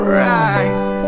right